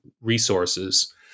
resources